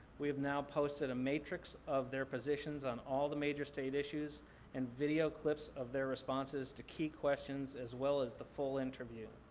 we have now posted a matrix of their positions on all the major state issues and video clips of their responses to key questions as well as the full interview.